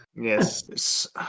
Yes